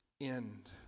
end